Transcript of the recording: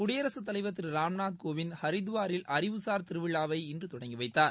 குடியரசுத் தலைவர் திரு ராம்நாத் கோவிந்த் ஹரித்துவாரில் அறிவுசார் திருவிழாவை இன்று தொடங்கி வைத்தார்